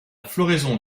floraison